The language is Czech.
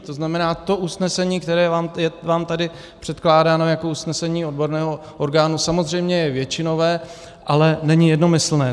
To znamená, to usnesení, které je vám tady předkládáno jako usnesení odborného orgánu, samozřejmě je většinové, ale není jednomyslné.